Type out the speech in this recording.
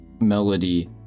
melody